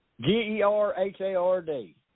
G-E-R-H-A-R-D